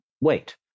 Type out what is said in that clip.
wait